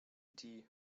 die